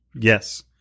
Yes